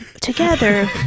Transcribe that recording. together